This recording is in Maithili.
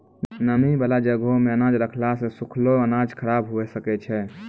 नमी बाला जगहो मे अनाज रखला से सुखलो अनाज खराब हुए सकै छै